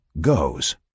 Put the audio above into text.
goes